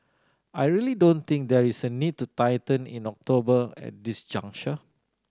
I really don't think there is a need to tighten in October at this juncture